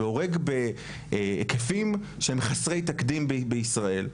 והורג בהיקפים שהם חסרי תקדים בישראל.